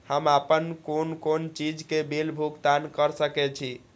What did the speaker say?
हम आपन कोन कोन चीज के बिल भुगतान कर सके छी?